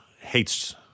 hates